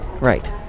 right